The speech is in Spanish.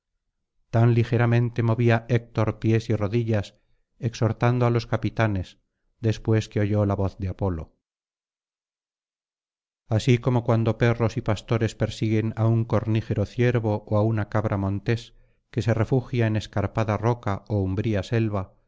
tan ligeramente movía héctor pies y rodillas exhortando á los capitanes después que oyó la voz de apolo así como cuando perros y pastores persiguen á un cornígero ciervo ó á una cabra montes que se refugia en escarpada roca ó umbría selva